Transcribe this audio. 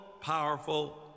powerful